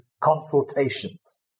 consultations